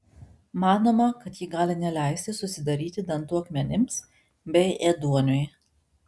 manoma kad ji gali neleisti susidaryti dantų akmenims bei ėduoniui